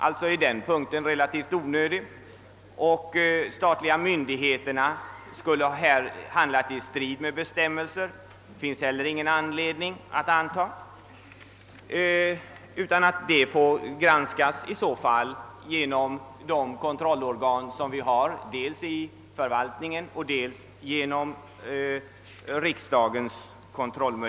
Den punkten är alltså relativt onödig, och det finns inte heller någon anledning anta att de statliga myndigheterna skulle ha handlat i strid mot bestämmelserna. I så fall får granskning äga rum genom den kontroll som förekommer dels i förvaltningen, dels genom riksdagen.